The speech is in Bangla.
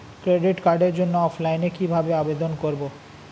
ক্রেডিট কার্ডের জন্য অফলাইনে কিভাবে আবেদন করব?